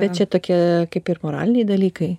bet čia tokie kaip ir moraliniai dalykai